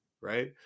right